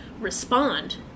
respond